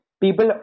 People